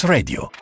Radio